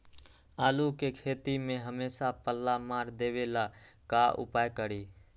आलू के खेती में हमेसा पल्ला मार देवे ला का उपाय करी?